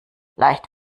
leicht